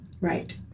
Right